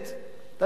אתה דיברת,